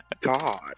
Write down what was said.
God